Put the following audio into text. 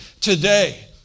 Today